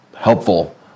Helpful